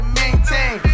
maintain